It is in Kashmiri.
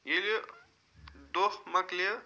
ییٚلہِ دۄہ مۄکلہِ